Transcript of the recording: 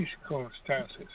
circumstances